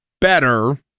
better